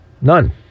None